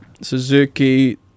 Suzuki